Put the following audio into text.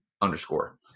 underscore